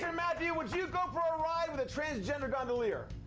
and matthew. would you go for a ride with a transgender gondolier?